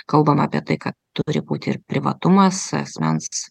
kalbam apie tai kad turi būti ir privatumas asmens